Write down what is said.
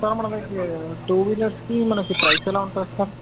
sir మనము two వీలర్స్కి మనకి ప్రైస్ ఎలా ఉంటుంది సార్